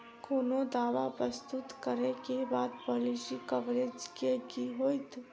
कोनो दावा प्रस्तुत करै केँ बाद पॉलिसी कवरेज केँ की होइत?